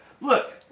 look